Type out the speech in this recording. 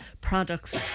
products